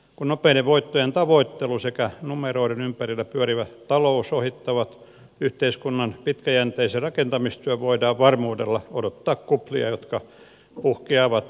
kun nopeiden voittojen tavoittelu sekä numeroiden ympärillä pyörivä talous ohittavat yhteiskunnan pitkäjänteisen rakentamistyön voidaan varmuudella odottaa kuplia jotka puhkeavat kivuliaalla tavalla